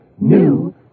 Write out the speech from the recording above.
new